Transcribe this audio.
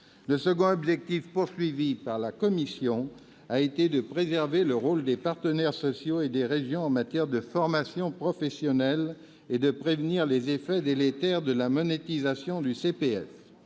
Le deuxième objectif visé par la commission a été de préserver le rôle des partenaires sociaux et des régions en matière de formation professionnelle et de prévenir les effets délétères de la monétisation du CPF.